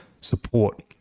support